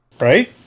Right